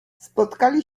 spotkali